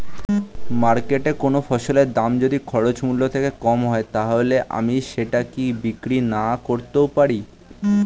মার্কেটৈ কোন ফসলের দাম যদি খরচ মূল্য থেকে কম হয় তাহলে আমি সেটা কি বিক্রি নাকরতেও পারি?